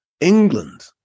England